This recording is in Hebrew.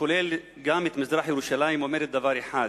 שכוללת גם את מזרח-ירושלים, אומרת דבר אחד: